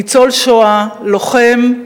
ניצול שואה, לוחם,